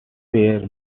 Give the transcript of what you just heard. were